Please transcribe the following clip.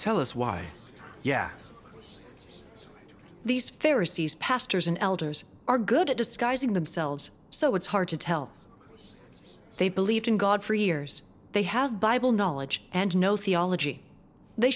tell us why yeah these fairy see's pastors and elders are good at disguising themselves so it's hard to tell they believed in god for years they have bible knowledge and no theology they